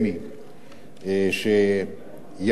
שייעצה לוועדה